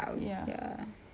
ya just